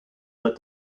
that